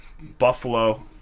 Buffalo